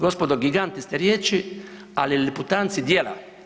Gospodo giganti ste riječi, ali liputanci djela.